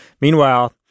Meanwhile